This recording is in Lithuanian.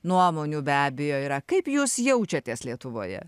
nuomonių be abejo yra kaip jūs jaučiatės lietuvoje